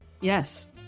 yes